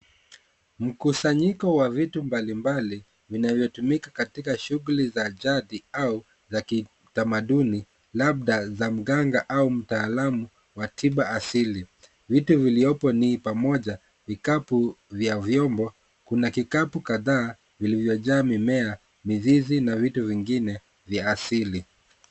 Mkusanyiko wa vitu mbalimbali vinavyotumika katika shughuli za jadi au za kitamaduni, labda za mganga au mtaalamu wa tiba asili . Vitu viliopo ni pamoja, vikapu vya vyombo, kuna vikapu kadhaa vilivyojaa mimea, mizizi na vitu vingine vya asili.